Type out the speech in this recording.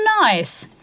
nice